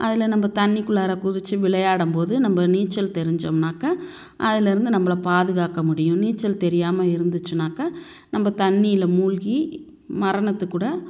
அதில் நம்ப தண்ணிக்குள்ளாரே குதிச்சு விளையாடும் போது நம்ப நீச்சல் தெரிஞ்சோம்னாக்க அதிலேருந்து நம்பளை பாதுகாக்க முடியும் நீச்சல் தெரியாமல் இருந்துச்சுன்னாக்க நம்ப தண்ணியில் மூழ்கி மரணத்துக் கூட